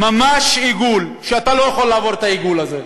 ממש עיגול, ואתה לא יכול לעבור את העיגול הזה.